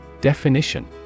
Definition